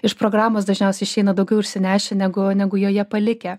iš programos dažniausiai išeina daugiau išsinešę negu negu joje palikę